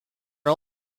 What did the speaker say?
are